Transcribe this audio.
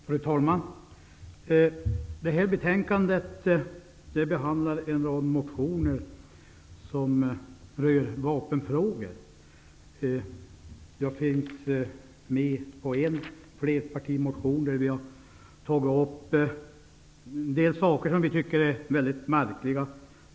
Fru talman! Detta betänkande behandlar en rad motioner som rör vapenfrågor. Jag finns med som undertecknare av en flerpartimotion där vi har tagit upp en del saker som vi tycker är mycket märkliga.